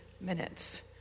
minutes